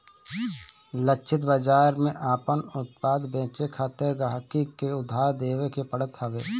लक्षित बाजार में आपन उत्पाद बेचे खातिर गहकी के आधार देखावे के पड़त हवे